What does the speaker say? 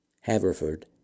Haverford